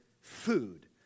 food